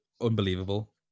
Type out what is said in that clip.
unbelievable